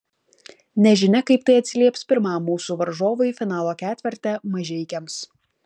nežinia kaip tai atsilieps pirmam mūsų varžovui finalo ketverte mažeikiams